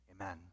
Amen